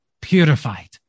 Purified